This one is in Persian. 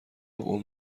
اون